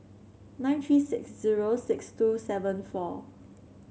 nine three six zero six two seven four